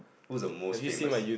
who's the most famous